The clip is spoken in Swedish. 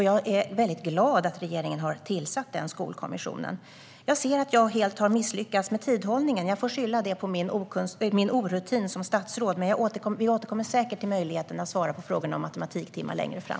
Jag är väldigt glad att regeringen har tillsatt den. Jag ser att jag helt har misslyckats med tidhållningen. Jag får skylla det på min orutin som statsråd, men vi återkommer säkert till möjligheten att svara på frågan om matematiktimmar längre fram.